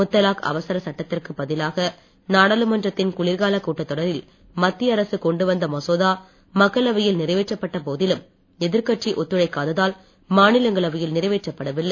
முத்தலாக் அவசர சட்டத்திற்கு பதிலாக நாடாளுமன்றத்தின் குளிர்கால கூட்டத்தொடரில் மத்திய அரசு கொண்டு வந்த மசோதா மக்களவையில் நிறைவேற்றப்பட்ட போதிலும் எதிர்கட்சிகள் ஒத்துழைக்காதால் மாநிலங்களவையில் நிறைவேற்றப்படவில்லை